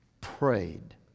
prayed